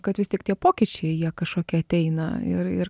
kad vis tik tie pokyčiai jie kažkokie ateina ir ir